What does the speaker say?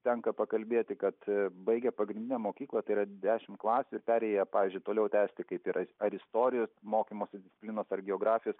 tenka pakalbėti kad baigę pagrindinę mokyklą tai yra dešimt klasių ir perėję pavyzdžiui toliau tęsti kaip yra ar istorijos mokymosi disciplinos ar geografijos